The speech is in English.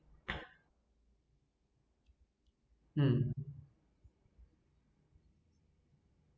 um